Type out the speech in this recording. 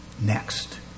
Next